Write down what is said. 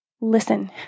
Listen